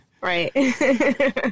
right